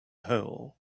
pool